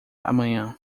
amanhã